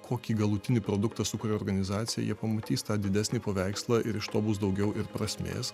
kokį galutinį produktą sukuria organizacija jie pamatys tą didesnį paveikslą ir iš to bus daugiau ir prasmės